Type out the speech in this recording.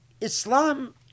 Islam